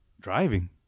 Driving